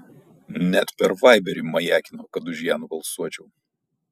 net per vaiberį majakino kad už ją nubalsuočiau